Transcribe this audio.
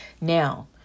now